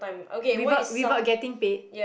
without without getting paid